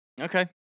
Okay